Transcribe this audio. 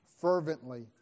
fervently